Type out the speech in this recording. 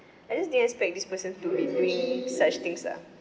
I just didn't expect this person to be doing such things lah